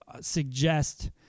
suggest